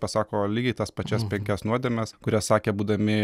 pasako lygiai tas pačias penkias nuodėmes kurias sakė būdami